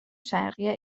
شرقی